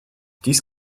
dies